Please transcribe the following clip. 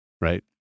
right